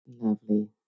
Lovely